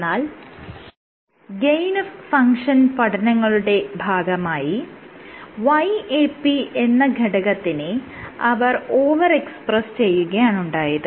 എന്നാൽ gain of function പഠനങ്ങളുടെ ഭാഗമായി YAP എന്ന ഘടകത്തിനെ അവർ ഓവർ എക്സ്പ്രസ് ചെയ്യുകയാണുണ്ടായത്